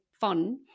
fun